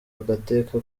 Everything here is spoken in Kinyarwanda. agateka